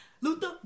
Luther